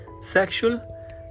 Sexual